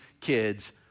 kids